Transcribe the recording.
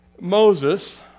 Moses